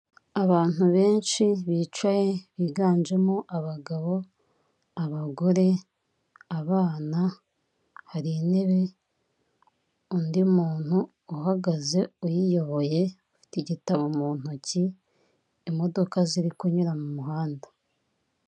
Abantu benshi bicaye biganjemo abagabo, abagore, abana, hari intebe, undi muntu uhagaze uyiyoboye ufite igitabo muntoki, imodoka ziri kunyura mumuhanda.